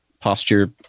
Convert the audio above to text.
posture